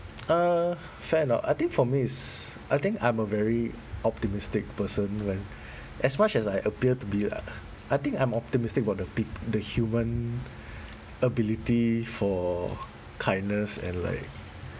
uh fair enough I think for me is I think I'm a very optimistic person when as much as I appear to be lah I think I'm optimistic about the peop~ the human ability for kindness and like